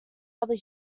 other